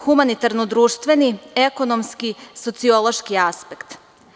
Humanitarno-društveni, ekonomski, sociološki aspekt.